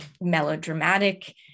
melodramatic